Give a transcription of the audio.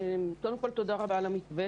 קודם כל תודה רבה על המתווה.